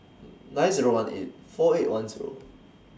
nine Zero one eight four eight one Zero